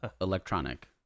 electronic